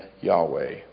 Yahweh